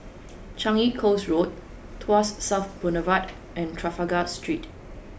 Changi Coast Road Tuas South Boulevard and Trafalgar Street